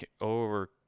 over